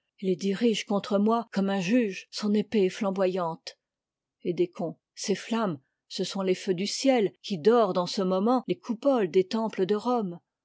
il dirige contre moi comme un juge son épée flamboyante ces flammes ce sont les feux du ciel qui dorent dans ce moment les coupoles des temples de rome